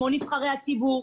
כמו נבחרי הציבור,